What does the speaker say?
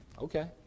Okay